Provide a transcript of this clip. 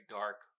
dark